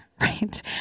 right